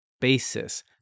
basis